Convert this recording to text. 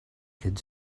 could